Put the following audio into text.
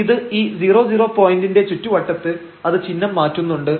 അപ്പോൾ ഇത് ഈ 00 പോയന്റിന്റെ ചുറ്റുവട്ടത്ത് അത് ചിഹ്നം മാറ്റുന്നുണ്ട്